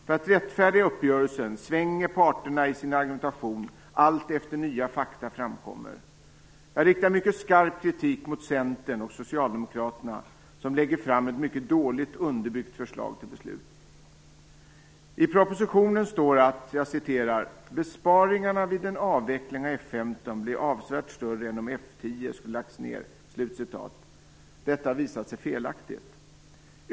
För att rättfärdiga uppgörelsen svänger parterna i sin argumentation allteftersom nya fakta framkommer. Jag riktar mycket skarp kritik mot Centern och Socialdemokraterna, som lägger fram ett mycket dåligt underbyggt förslag till beslut. I propositionen står följande. "Besparingarna vid en avveckling av F 15 blir avsevärt större än om F 10 skulle lagts ned." Detta har visat sig felaktigt.